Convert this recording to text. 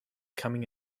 coming